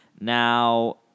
Now